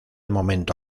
momento